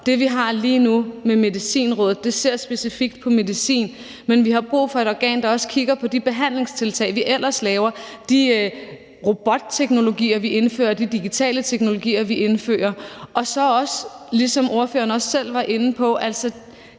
det, vi har lige nu med Medicinrådet, ser man specifikt på medicin. Men vi har brug for et organ, der også kigger på de behandlingstiltag, vi ellers laver, de robotteknologier, vi indfører, og de digitale teknologier, vi indfører. Og så er der også, som ordføreren også selv var inde på, det